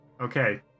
okay